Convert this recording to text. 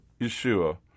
Yeshua